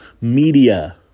media